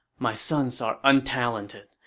my sons are untalented,